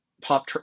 pop